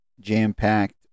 jam-packed